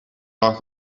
laugh